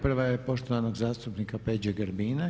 Prva je poštovanog zastupnika Peđe Grbina.